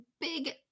big